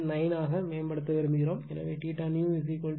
9 ஆக மேம்படுத்த விரும்புகிறோம் எனவே new 25